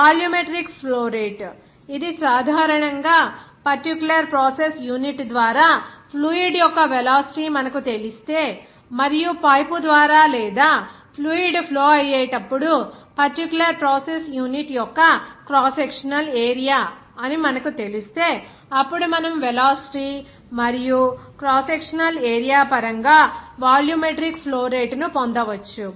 volumetric flow రేటుఇది సాధారణంగా particular process unit ద్వారా ఫ్లూయిడ్ యొక్క వెలాసిటీ మనకు తెలిస్తే మరియు పైపు ద్వారా లేదా ఫ్లూయిడ్ ఫ్లో అయ్యేటప్పుడు పర్టిక్యులర్ ప్రాసెస్ యూనిట్ యొక్క క్రాస్ సెక్షనల్ ఏరియా మనకు తెలిస్తే అప్పుడు మనము వెలాసిటీ మరియు క్రాస్ సెక్షనల్ ఏరియా పరంగా వాల్యూమెట్రిక్ ఫ్లో రేటు ను పొందవచ్చు